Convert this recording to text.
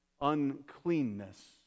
uncleanness